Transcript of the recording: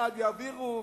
אחד יעבירו,